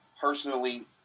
personally